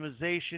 optimization